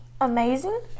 Amazing